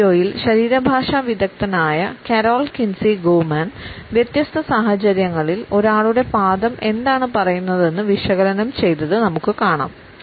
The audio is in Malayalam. ഈ വീഡിയോയിൽ ശരീരഭാഷാ വിദഗ്ധനായ കരോൾ കിൻസി ഗോമാൻ വ്യത്യസ്ത സാഹചര്യങ്ങളിൽ ഒരാളുടെ പാദം എന്താണ് പറയുന്നതെന്ന് വിശകലനം ചെയ്തതത് നമുക്ക് കാണാം